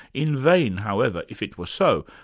in vain however, if it were so,